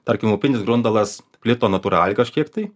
tarkim upinis grundalas plito natūraliai kažkiek tai